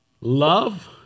love